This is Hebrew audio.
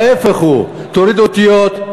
ההפך הוא, תוריד אותיות,